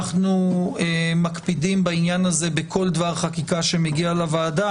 אנחנו מקפידים בעניין הזה בכל דבר חקיקה שמגיע לוועדה,